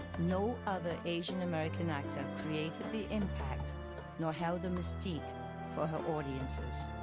no other asian-american actor created the impact nor held the mystique for her audiences.